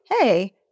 hey